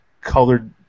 colored